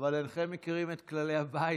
אבל אינכם מכירים את כללי הבית.